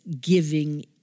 giving